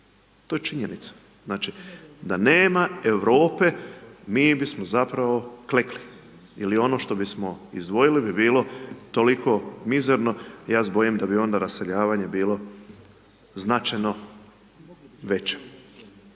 To je činjenica, znači, da nema Europe, mi bismo kleknuli ili ono što bismo izdvojili bi bilo toliko mizerno, ja se bojim da bi onda raseljavanje bilo značajno veće.